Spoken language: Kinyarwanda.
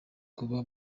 kuba